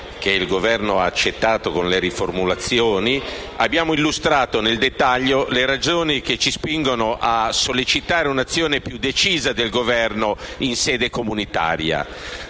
che il Governo ha accettato con delle riformulazioni, abbiamo illustrato nel dettaglio le ragioni che ci spingono a sollecitare un'azione più decisa del Governo in sede comunitaria.